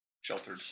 Sheltered